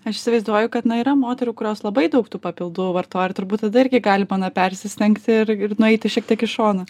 aš įsivaizduoju kad na yra moterų kurios labai daug tų papildų vartoja ir turbūt tada irgi galima na persistengti ir ir nueiti šiek tiek į šoną